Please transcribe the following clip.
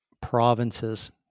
provinces